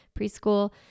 preschool